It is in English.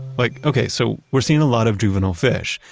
like, okay, so we're seeing a lot of juvenile fish.